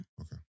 okay